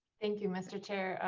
thank you mister chair,